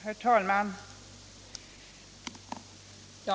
Herr talman!